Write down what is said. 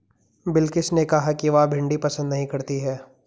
बिलकिश ने कहा कि वह भिंडी पसंद नही करती है